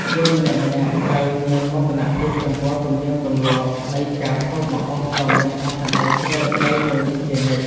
យើងម្នាក់ៗត្រូវមានមោទនភាពចំពោះទំនៀមទម្លាប់នៃការធ្វើម្ហូបដ៏មានអត្ថន័យជ្រាលជ្រៅមួយនេះជានិច្ច។